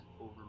over